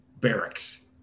barracks